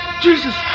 Jesus